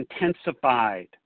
intensified